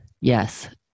Yes